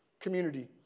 community